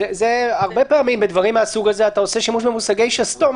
הרבה פעמים בדברים מהסוג הזה אתה עושה שימוש במושגי שסתום,